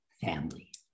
family